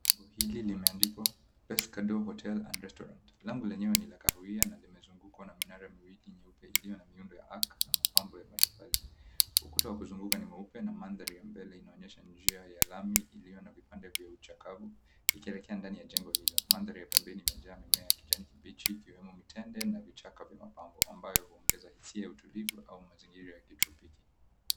Lango hili limeandikwa, Pescador Hotel And Restaurant. Lango lenyewe ni la kahawia na limezungukwa na minara miwili nyeupe iliyo na miundo ya arc na mapambo ya matofali. Ukuta wa kuzunguka ni mweupe na mandhari ya mbele inaonyesha njia ya lami iliyo na vipande vya uchakavu Ikielekea ndani ya jengo hilo. Mandhari ya pembeni imejaa mimea ya kijani kibichi ikiwemo mitende na vichaka vya mapambo ambayo huongeza hisia ya utulivu au mazingira ya kitropiki.